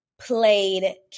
played